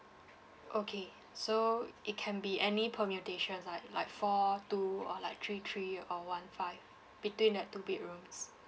okay so it can be any permutations like like four two or like three three or one five between that two bedrooms